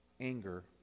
anger